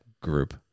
group